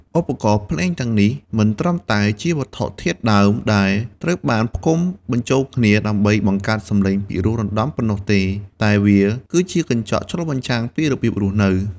ឧបករណ៍ភ្លេងទាំងនេះមិនត្រឹមតែជាវត្ថុធាតុដើមដែលត្រូវបានផ្គុំបញ្ចូលគ្នាដើម្បីបង្កើតសំឡេងពិរោះរណ្ដំប៉ុណ្ណោះទេ តែវាគឺជាកញ្ចក់ឆ្លុះបញ្ចាំងពីរបៀបរស់នៅ។